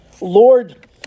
Lord